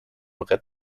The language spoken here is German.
red